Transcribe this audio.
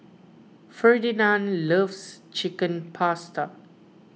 Ferdinand loves Chicken Pasta